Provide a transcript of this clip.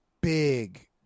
Big